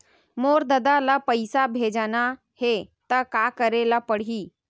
मोर ददा ल पईसा भेजना हे त का करे ल पड़हि?